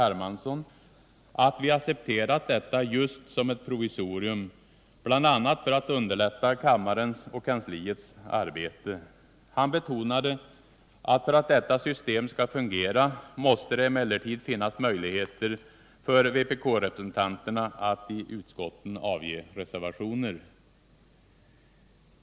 Hermansson att vi accepterat detta just som ett provisorium, bl.a. för att underlätta kammarens och kansliets arbete. Han betonade att för att detta system skall fungera måste det emellertid finnas möjligheter för vpkrepresentanterna att i utskotten avge reservationer.